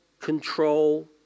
control